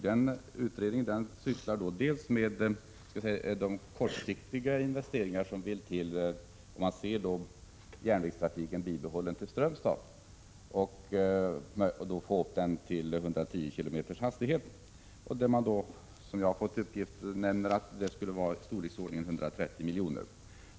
Denna utredning sysslar bl.a. med de kortsiktiga investeringar som vill till för att bibehålla järnvägstrafiken till Strömstad och få upp hastigheten till 110 km/tim. Enligt en uppgift jag har fått anger man kostnaden till i storleksordningen 130 milj.kr.